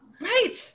right